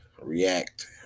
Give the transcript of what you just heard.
react